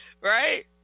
Right